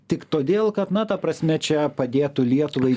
tik todėl kad na ta prasme čia padėtų lietuvai